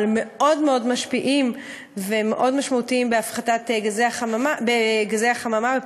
אבל הם מאוד מאוד משפיעים ומאוד משמעותיים בגזי החממה ופליטות.